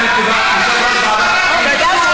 חבר הכנסת דוד אמסלם, תודה.